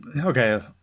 okay